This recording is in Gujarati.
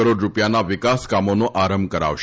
કરોડ રૂપિયાના વિકાસકામોનો આરંભ કરાવશે